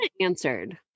answered